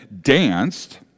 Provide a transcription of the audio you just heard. danced